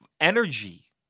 Energy